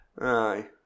Aye